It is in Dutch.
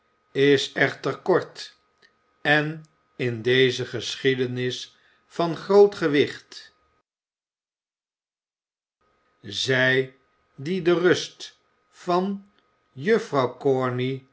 is echter kort en in deze geschiedenis van groot gewicht zij die de rust van juffrouw